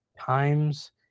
times